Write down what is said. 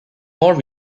more